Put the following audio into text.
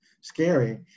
scary